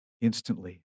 instantly